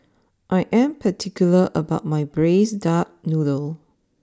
I am particular about my Braised Duck Noodle